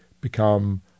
become